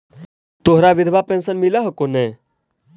तोहरा विधवा पेन्शन मिलहको ने?